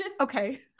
Okay